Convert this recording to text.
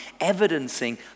evidencing